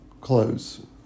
close